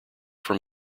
from